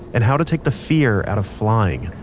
and how to take the fear out of flying